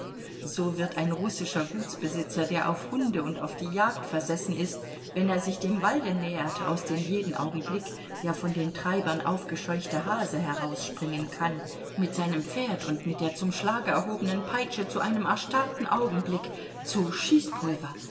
so wird ein russischer gutsbesitzer der auf hunde und auf die jagd versessen ist wenn er sich dem walde nähert aus dem jeden augenblick der von den treibern aufgescheuchte hase herausspringen kann mit seinem pferd und mit der zum schlage erhobenen peitsche zu einem erstarrten augenblick zu schießpulver